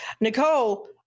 Nicole